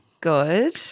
Good